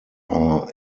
are